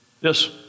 Yes